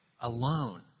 alone